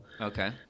Okay